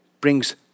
brings